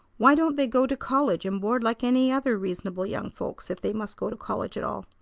why don't they go to college and board like any other reasonable young folks if they must go to college at all?